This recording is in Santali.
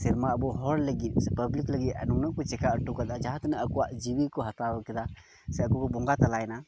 ᱥᱮᱨᱢᱟ ᱟᱵᱚ ᱦᱚᱲ ᱞᱟᱹᱜᱤᱫ ᱥᱮ ᱯᱟᱵᱽᱞᱤᱠ ᱞᱟᱹᱜᱤᱫ ᱟᱨ ᱱᱩᱱᱟᱹᱜ ᱠᱚ ᱪᱮᱠᱟ ᱦᱚᱴᱚ ᱠᱟᱫᱟ ᱡᱟᱦᱟᱸ ᱛᱤᱱᱟᱹᱜ ᱟᱠᱚᱣᱟᱜ ᱡᱤᱣᱤ ᱠᱚ ᱦᱟᱛᱟᱣ ᱠᱮᱫᱟ ᱥᱮ ᱟᱠᱚ ᱵᱚᱸᱜᱟ ᱛᱟᱞᱟᱭᱱᱟ